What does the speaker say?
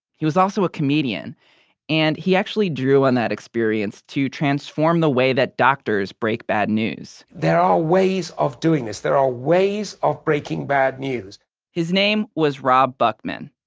he was also a comedian and he actually drew on that experience to transform the way that doctors break bad news there are ways of doing this. there are ways of breaking bad news his name was rob buckman.